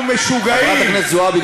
"אנחנו משוגעים." חברת הכנסת זועבי,